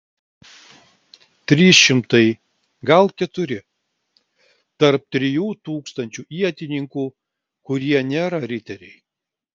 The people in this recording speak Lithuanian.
trys šimtai gal keturi tarp trijų tūkstančių ietininkų kurie nėra riteriai